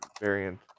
variant